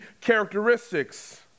characteristics